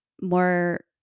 more